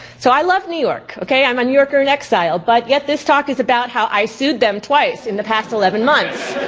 so i love new york, okay i'm a new yorker in exile, but yet this talk is about how i sued them twice in the past eleven months.